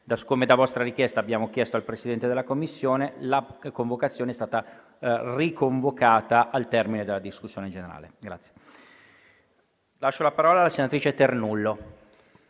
Come da vostra richiesta, lo abbiamo chiesto al Presidente della Commissione e la stessa è stata riconvocata al termine della discussione generale. È iscritta a parlare la senatrice Ternullo.